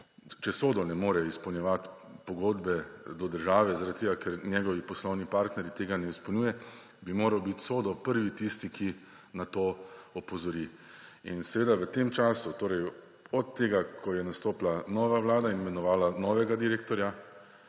če SODO ne more izpolnjevati pogodbe do države zaradi tega, ker njegovi poslovni partnerji tega ne izpolnjuje, bi moral biti SODO prvi tisti, ki na to opozori. V tem času, torej od tega, ko je nastopila nova vlada in imenovala novega direktorja,